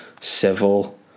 Civil